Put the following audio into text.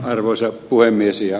arvoisa puhemies